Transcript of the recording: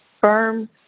firm